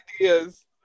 ideas